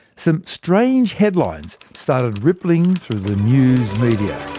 some strange headlines started rippling through the news media.